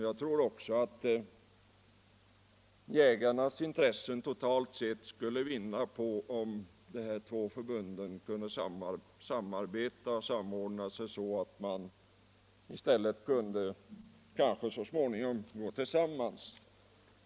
Jag tror också att jägarnas intressen totalt sett skulle vinna på om de här två förbunden kunde samarbeta och kanske så småningom gå tillsammans.